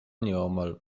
nieomal